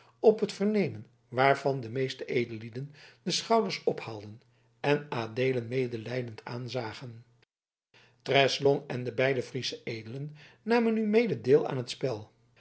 op het vernemen waarvan de meeste edellieden de schouders ophaalden en adeelen medelijdend aanzagen treslong en de beide friesche edelen namen nu mede deel aan het spel